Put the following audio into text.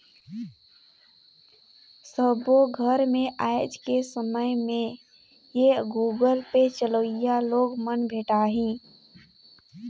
सबो घर मे आएज के समय में ये गुगल पे चलोइया लोग मन भेंटाहि